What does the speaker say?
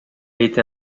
été